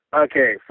Okay